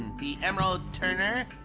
the emerald turner,